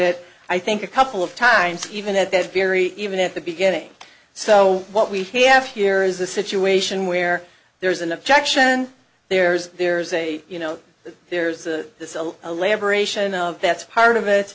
it i think a couple of times even at that very even at the beginning so what we have here is a situation where there is an objection there's there's a you know there's the elaboration of that's part of it